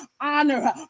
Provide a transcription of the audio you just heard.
honor